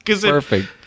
Perfect